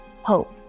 hope